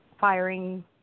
firing